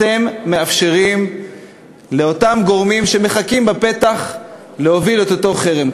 אתם מאפשרים לאותם גורמים שמחכים בפתח להוביל את אותו חרם.